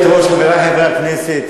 גברתי היושבת-ראש, חברי חברי הכנסת,